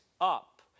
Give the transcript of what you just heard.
up